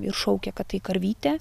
ir šaukia kad tai karvytė